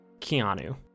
Keanu